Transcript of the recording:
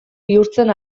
bihurtzen